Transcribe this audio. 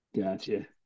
Gotcha